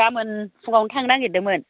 गाबोन फुङावनो थांनो नागिरदोंमोन